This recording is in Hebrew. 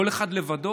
כל אחד לבדו?